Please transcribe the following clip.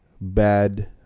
bad